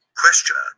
Questioner